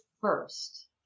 first